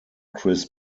chris